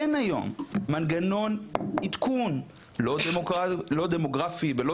אין היום מנגנון עדכון לא דמוגרפי ולא